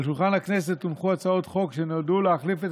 על שולחן הכנסת הונחו הצעות חוק שנועדו להחליף את